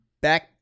back